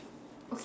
okay